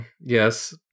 yes